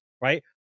right